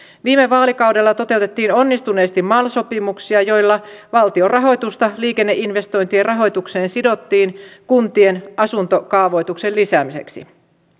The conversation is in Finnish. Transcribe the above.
viime vaalikaudella toteutettiin onnistuneesti mal sopimuksia joilla valtion rahoitusta liikenneinvestointien rahoitukseen sidottiin kuntien asuntokaavoituksen lisäämiseksi